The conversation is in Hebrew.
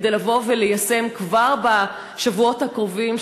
כדי לבוא וליישם כבר בשבועות הקרובים,